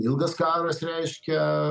ilgas karas reiškia